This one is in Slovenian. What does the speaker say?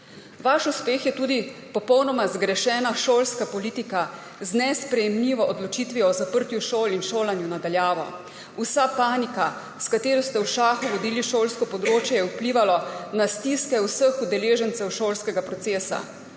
Vaš uspeh je tudi popolnoma zgrešena šolska politika z nesprejemljivo odločitvijo o zaprtju šol in šolanju na daljavo. Vsa panika, s katero ste v šahu vodili šolsko področje, je vplivala na stiske vseh udeležencev šolskega procesa,